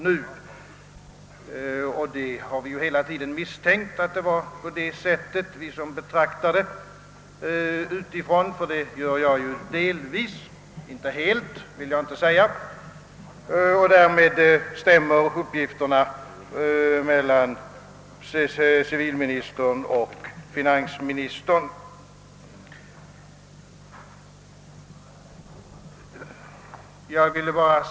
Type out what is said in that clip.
Vi som betraktar situationen utifrån — det gör nämligen jag delvis, men inte helt — har ju också hela tiden misstänkt, att det förhöll sig på det sättet. Därmed stämmer också civilministerns och finansministerns uppgifter.